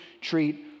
treat